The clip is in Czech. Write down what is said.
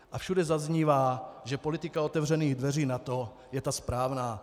A všude zaznívá, že politika otevřených dveří NATO je ta správná.